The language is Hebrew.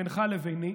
בינך לביני,